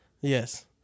Yes